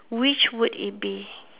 which would it be